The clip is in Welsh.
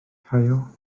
caio